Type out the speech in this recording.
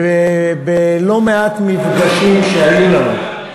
בלא מעט מפגשים שהיו לנו,